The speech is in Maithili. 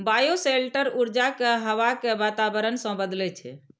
बायोशेल्टर ऊर्जा कें हवा के वातावरण सं बदलै छै